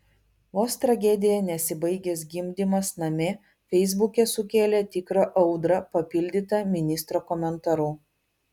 vos tragedija nesibaigęs gimdymas namie feisbuke sukėlė tikrą audrą papildyta ministro komentaru